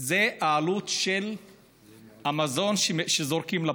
זו העלות של המזון שזורקים לפח.